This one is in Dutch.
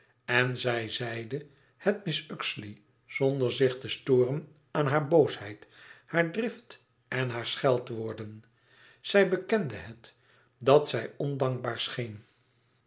en zij zeide het mrs uxeley zonder zich te storen aan haar boosheid haar drift en haar scheldwoorden zij bekende het dat zij ondankbaar scheen